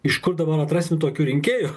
iš kur dabar atrasim tokių rinkėjų